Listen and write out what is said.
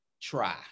Try